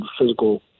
physical